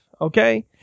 okay